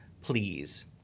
please